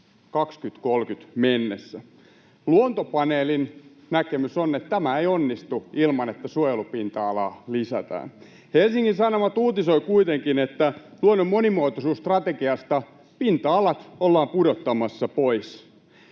2030 mennessä. Luontopaneelin näkemys on, että tämä ei onnistu ilman, että suojelupinta-alaa lisätään. Helsingin Sanomat uutisoi kuitenkin, että luonnon monimuotoisuusstrategiasta ollaan pudottamassa